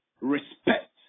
respect